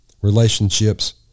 Relationships